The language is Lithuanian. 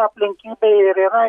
aplinkybė ir yra